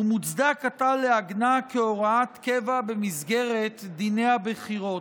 ומוצדק עתה לעגנה כהוראת קבע במסגרת דיני הבחירות.